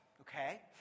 okay